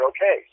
Okay